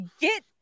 Get